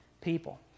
people